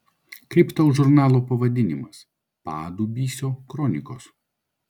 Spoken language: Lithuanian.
kaip tau žurnalo pavadinimas padubysio kronikos